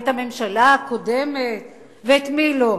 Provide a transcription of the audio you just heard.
ואת הממשלה הקודמת ואת מי לא.